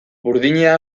burdina